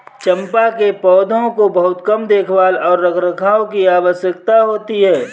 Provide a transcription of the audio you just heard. चम्पा के पौधों को बहुत कम देखभाल और रखरखाव की आवश्यकता होती है